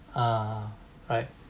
uh right